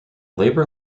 labour